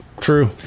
true